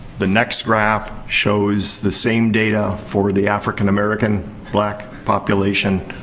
the next graph shows the same data for the african american black population.